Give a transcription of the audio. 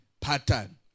pattern